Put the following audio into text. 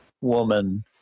woman